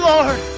Lord